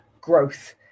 growth